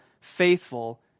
faithful